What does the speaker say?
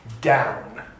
down